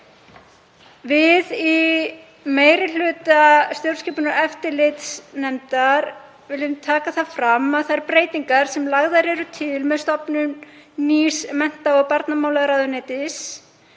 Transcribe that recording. Við í meiri hluta stjórnskipunar- og eftirlitsnefndar viljum taka það fram að þær breytingar sem lagðar eru til með stofnun nýs mennta- og barnamálaráðuneytis